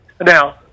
Now